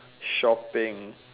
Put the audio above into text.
shopping